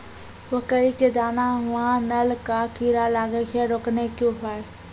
मकई के दाना मां नल का कीड़ा लागे से रोकने के उपाय?